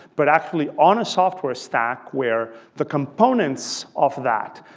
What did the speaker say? but actually on a software stack where the components of that,